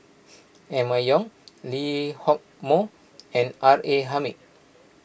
Emma Yong Lee Hock Moh and R A Hamid